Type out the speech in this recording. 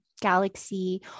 galaxy